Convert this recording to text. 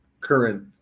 current